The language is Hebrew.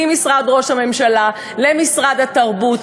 ממשרד ראש הממשלה למשרד התרבות,